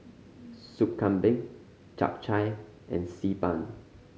Sup Kambing Chap Chai and Xi Ban